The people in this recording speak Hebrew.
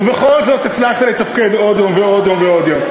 ובכל זאת הצלחת לתפקד עוד יום ועוד יום.